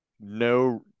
no